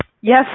Yes